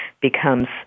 becomes